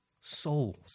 souls